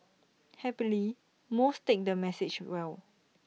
happily most take the message well